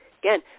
Again